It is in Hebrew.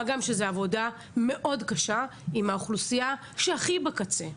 מה גם שזאת עבודה מאוד קשה עם האוכלוסייה שנמצאת הכי בקצה.